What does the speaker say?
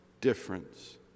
difference